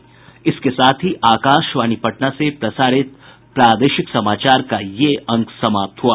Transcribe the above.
इसके साथ ही आकाशवाणी पटना से प्रसारित प्रादेशिक समाचार का ये अंक समाप्त हुआ